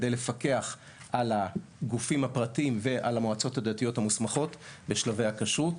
כדי לפקח על הגופים הפרטיים ועל המועצות הדתיות המוסמכות בשלבי הכשרות.